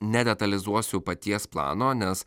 nedetalizuosiu paties plano nes